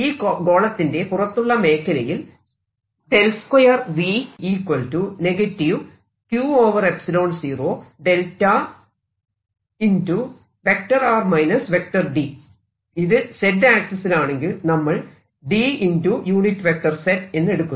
ഈ ഗോളത്തിന്റെ പുറത്തുള്ള മേഖലയിൽ ഇത് Z ആക്സിസിലാണെങ്കിൽ നമ്മൾ dẑ എന്നെടുക്കുന്നു